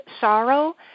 sorrow